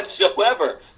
whatsoever